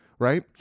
right